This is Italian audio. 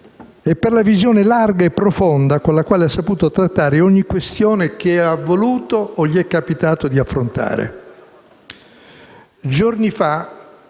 e la visione larga e profonda con la quale ha saputo trattare ogni questione che ha voluto o gli è capitato di affrontare.